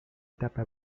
etapa